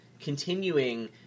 continuing